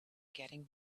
getting